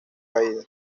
caída